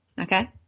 Okay